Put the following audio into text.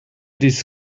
this